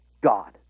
God